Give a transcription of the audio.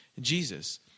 Jesus